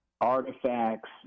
artifacts